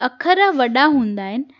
अख़र वॾा हूंदा आहिनि